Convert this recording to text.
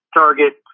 target